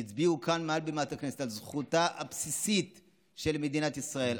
כשהצביעו כאן מעל בימת הכנסת על זכותה הבסיסית של מדינת ישראל,